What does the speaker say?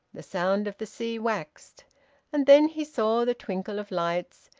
the sound of the sea waxed. and then he saw the twinkle of lights,